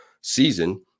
season